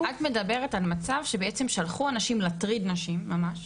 את מדברת על מצב ששלחו אנשים להטריד נשים ממש.